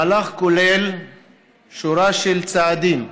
המהלך כולל שורה של צעדים,